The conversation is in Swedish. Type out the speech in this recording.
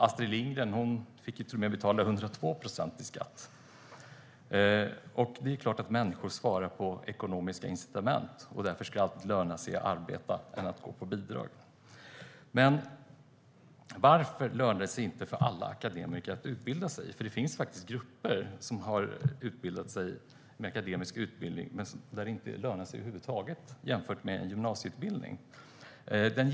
Astrid Lindgren fick till och med betala 102 procent i skatt. Det är klart att människor svarar på ekonomiska incitament. Därför ska det löna sig mer att arbeta än att gå på bidrag. Varför lönar det sig inte för alla akademiker att utbilda sig? Det finns akademiska utbildningar som inte lönar sig alls jämfört med en gymnasieutbildning.